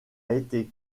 été